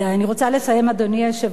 אני רוצה לסיים, אדוני היושב-ראש,